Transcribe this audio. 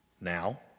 now